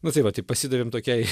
nu tai vat ir pasidavėm tokiai